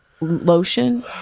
lotion